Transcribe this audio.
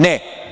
Ne.